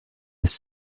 ist